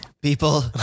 People